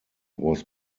was